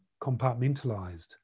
compartmentalized